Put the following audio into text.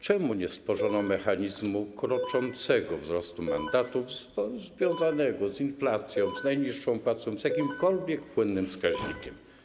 Czemu nie stworzono mechanizmu kroczącego wzrostu mandatów związanego z inflacją, najniższą płacą czy jakimkolwiek płynnym wskaźnikiem?